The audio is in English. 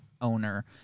owner